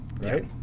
Right